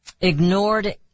ignored